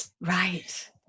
Right